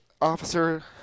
officer